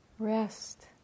Rest